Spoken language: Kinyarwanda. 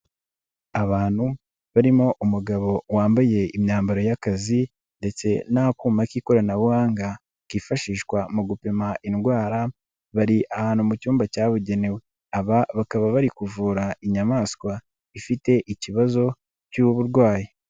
Abantu barimo umugabo wambaye imyambaro y'akazi ndetse n'akuma k'ikoranabuhanga kifashishwa mu gupima indwara bari ahantu mu cyumba cyabugenewe, aba bakaba bari kuvura inyamaswa ifite ikibazo cy'uburwayi.